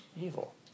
evil